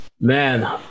man